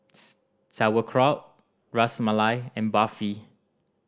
Sauerkraut Ras Malai and Barfi